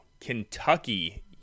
Kentucky